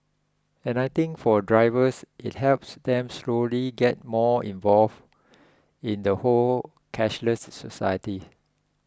and I think for drivers it helps them slowly get more involved in the whole cashless society